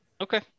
okay